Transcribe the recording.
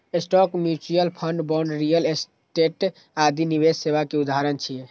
stock, mutual fund, bond, real estate आदि निवेश सेवा के उदाहरण छियै